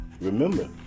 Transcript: Remember